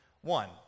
one